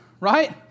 right